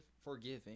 forgiving